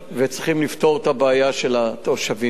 וצריכים לפתור את הבעיה של התושבים שם.